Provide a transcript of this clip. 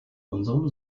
unserem